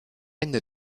ende